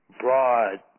broad